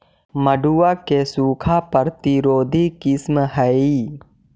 मड़ुआ के सूखा प्रतिरोधी किस्म हई?